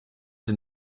did